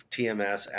TMS